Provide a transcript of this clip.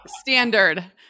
standard